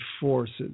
forces